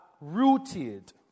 rooted